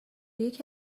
یکی